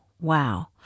Wow